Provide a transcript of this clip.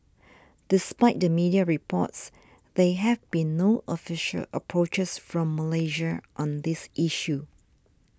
despite the media reports there have been no official approaches from Malaysia on this issue